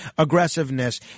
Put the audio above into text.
Aggressiveness